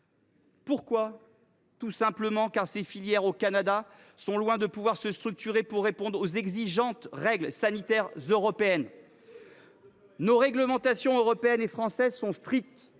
que, au Canada, ces filières sont loin de pouvoir se structurer pour répondre aux exigeantes règles sanitaires européennes. Nos réglementations européennes et françaises sont strictes.